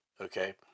okay